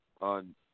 on